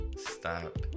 Stop